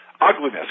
Ugliness